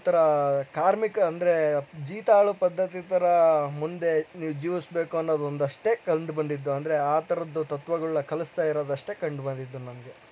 ಒಂಥರ ಕಾರ್ಮಿಕ ಅಂದರೆ ಜೀತಾಳು ಪದ್ಧತಿ ಥರ ಮುಂದೆ ನೀವು ಜೀವಿಸ್ಬೇಕನ್ನೋದೊಂದಷ್ಟೇ ಕಂಡು ಬಂದಿದ್ದು ಅಂದರೆ ಆ ಥರದ್ದು ತತ್ವಗಳನ್ನ ಕಲಿಸ್ತಾ ಇರೋದಷ್ಟೇ ಕಂಡು ಬಂದಿದ್ದು ನನಗೆ